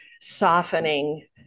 softening